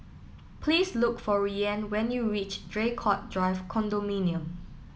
please look for Rian when you reach Draycott Drive Condominium